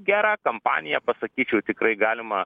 gera kampanija pasakyčiau tikrai galima